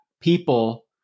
people